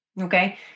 Okay